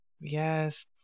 Yes